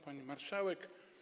Pani Marszałek!